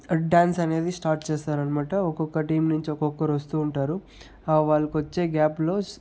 dance అనేది start చేస్తారన్నమాట ఒక్కొక్క టీం నుంచి ఒక్కొక్కరు వస్తూ ఉంటారు వాళ్ళకొచ్చే గ్యాప్లో